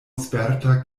sperta